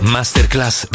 Masterclass